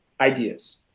ideas